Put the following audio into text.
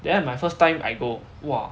then my first time I go !wah!